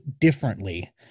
differently